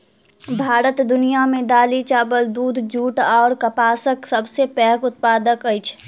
भारत दुनिया मे दालि, चाबल, दूध, जूट अऔर कपासक सबसे पैघ उत्पादक अछि